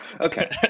Okay